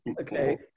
Okay